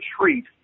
treat